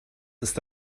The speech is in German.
ist